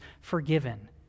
forgiven